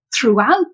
throughout